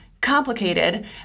complicated